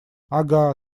ага